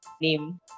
name